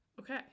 Okay